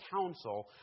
counsel